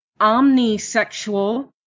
omnisexual